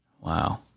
Wow